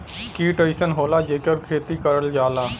कीट अइसन होला जेकर खेती करल जाला